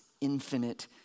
infinite